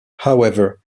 however